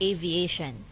Aviation